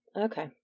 Okay